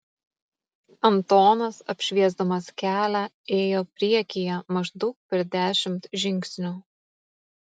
antonas apšviesdamas kelią ėjo priekyje maždaug per dešimt žingsnių